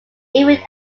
even